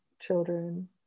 children